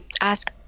ask